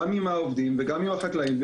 גם עם העובדים וגם עם החקלאים,